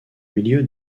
milieu